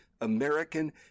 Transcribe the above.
American